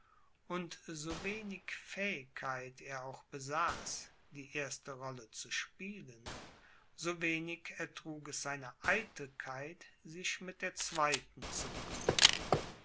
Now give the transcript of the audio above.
und so wenig fähigkeit er auch besaß die erste rolle zu spielen so wenig ertrug es seine eitelkeit sich mit der zweiten zu begnügen